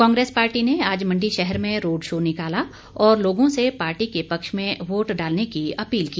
Congress party ने आज मंडी शहर में रोड़ शो निकाला और लोगों से पार्टी के पक्ष में वोट डालने की अपील की